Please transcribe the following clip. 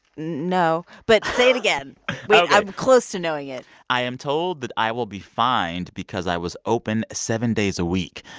no, but say it again ok i'm close to knowing it i am told that i will be fined because i was open seven days a week,